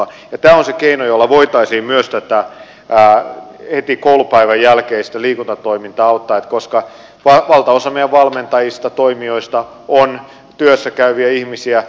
tämä on se keino jolla voitaisiin myös tätä heti koulupäivän jälkeistä liikuntatoimintaa auttaa koska valtaosa meidän valmentajista toimijoista on työssä käyviä ihmisiä